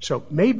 so maybe